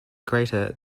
greater